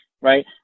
right